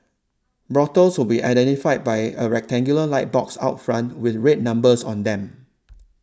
brothels would be identified by a rectangular light box out front with red numbers on them